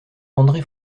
andré